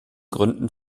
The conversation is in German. gründen